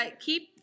Keep